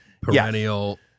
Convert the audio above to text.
perennial